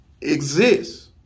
Exists